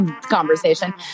conversation